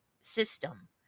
system